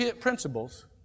principles